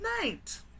night